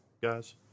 guys